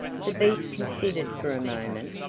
the beast considered for a moment,